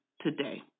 today